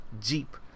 Jeep